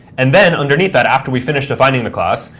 and then underneath that, after we finished defining the class,